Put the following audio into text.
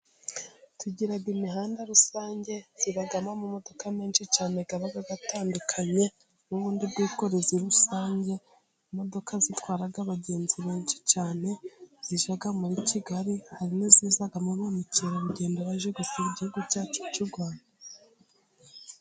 Tugira imihanda rusange zibamo amamodoka menshi cyane aba atandukanye n'ubundi bwikorezi rusange, imodoka zitwara abagenzi benshi cyane zijya muri Kigali, hari n'izizamo ba mukerarugendo baje gusura igihugu cyacu cy'u Rwanda.